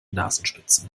nasenspitze